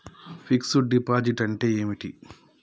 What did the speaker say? Fix డ్ deposit అంటే ఏమిటి?